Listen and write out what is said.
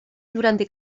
durante